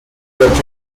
program